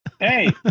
Hey